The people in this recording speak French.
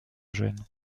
jeune